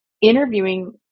Interviewing